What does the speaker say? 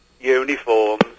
uniforms